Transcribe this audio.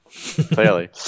Clearly